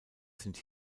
sind